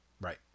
Right